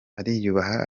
ariyubaha